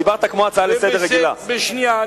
דיברת כמו בהצעה רגילה לסדר-היום.